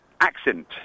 accent